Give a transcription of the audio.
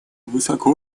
высоко